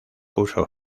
puso